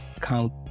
count